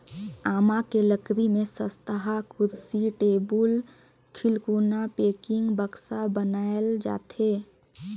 आमा के लकरी में सस्तहा कुरसी, टेबुल, खिलउना, पेकिंग, बक्सा बनाल जाथे